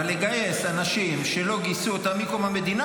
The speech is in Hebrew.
אבל לגייס אנשים שלא גייסו אותם מקום המדינה,